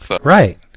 right